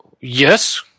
Yes